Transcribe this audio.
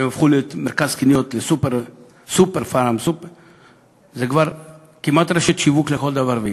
והן הפכו להיות מרכז קניות זו כבר כמעט רשת שיווק לכל דבר ועניין.